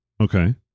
Okay